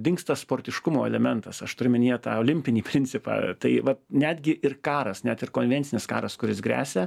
dingsta sportiškumo elementas aš turiu omenyje tą olimpinį principą tai vat netgi ir karas net ir konvencinis karas kuris gresia